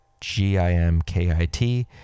G-I-M-K-I-T